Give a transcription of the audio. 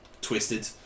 twisted